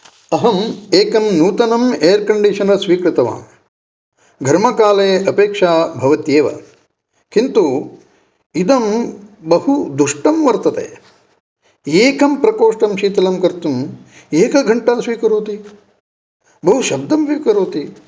अहम् एकम् नूतनं एर् कण्डीशनर् स्वीकृतवान् घर्मकाले अपेक्षा भवत्येव किन्तु इदं बहु दुष्टं वर्तते एकं प्रकोष्ठं शीतलं कर्तुम् एकघण्टां स्वीकरोति बहु शब्दमपि करोति